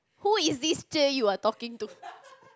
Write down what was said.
who is this cher you are talking to